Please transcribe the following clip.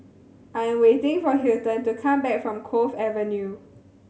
I am waiting for Hilton to come back from Cove Avenue